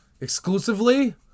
Exclusively